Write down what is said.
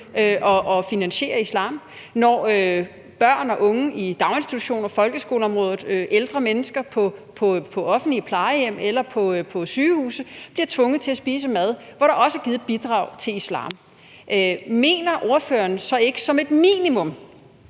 at finansiere islam; når børn og unge i daginstitutioner og på folkeskoleområdet og ældre mennesker på offentlige plejehjem eller på sygehuse bliver tvunget til at spise mad, hvor der også er givet et bidrag til islam Mener ordføreren så ikke, at det som et minimum